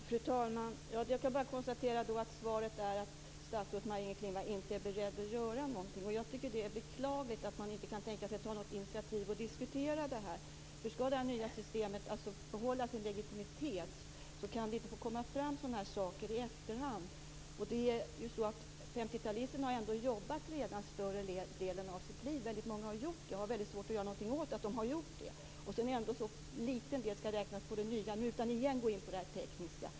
Fru talman! Jag kan bara konstatera att svaret är att statsrådet Maj-Inger Klingvall inte är beredd att göra någonting. Jag tycker att det är beklagligt att man inte kan tänka sig att ta något initiativ till att diskutera det här. Om det nya systemet skall behålla sin legitimitet, kan det inte få komma fram sådana här saker i efterhand. Väldigt många av 50-talisterna har redan jobbat större delen av sitt liv och har svårt att göra något åt sin situation, där de i det nya systemet skall tillgodoräknas så litet. Jag skall inte heller här gå in på det tekniska.